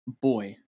Boy